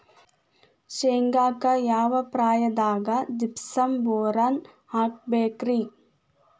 ಶೇಂಗಾಕ್ಕ ಯಾವ ಪ್ರಾಯದಾಗ ಜಿಪ್ಸಂ ಬೋರಾನ್ ಹಾಕಬೇಕ ರಿ?